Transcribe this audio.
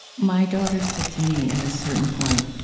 my daughter said to me at a certain point,